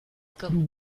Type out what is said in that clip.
comme